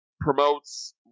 promotes